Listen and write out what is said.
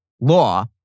law